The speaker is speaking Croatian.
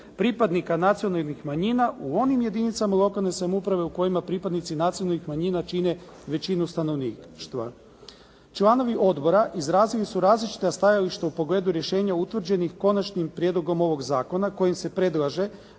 pripadnika nacionalnih manjina u onim jedinicama lokalne samouprave u kojima pripadnici nacionalnih manjina čine većinu stanovništva. Članovi odbora izrazili su različita stajališta u pogledu rješenja utvrđenih Konačnim prijedlogom ovog zakona kojim se predlaže